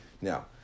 Now